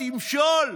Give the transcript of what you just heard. תמשול.